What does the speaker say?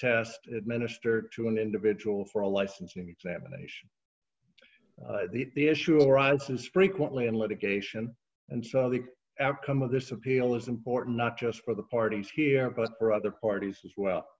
test administered to an individual for a licensing examination the issue of rights is frequently in litigation and so the outcome of this appeal is important not just for the parties here but for other parties as well